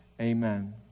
amen